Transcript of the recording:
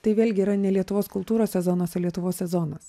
tai vėlgi yra ne lietuvos kultūros sezonas o lietuvos sezonas